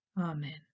amen